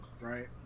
right